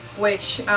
which,